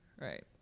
right